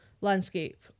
landscape